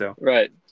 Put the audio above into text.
Right